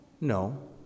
No